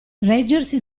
reggersi